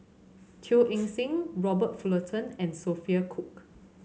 Teo Eng Seng Robert Fullerton and Sophia Cooke